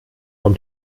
vom